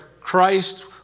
Christ